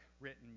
written